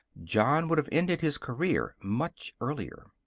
john would have ended his career much earlier.